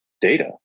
data